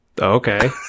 Okay